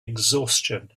exhaustion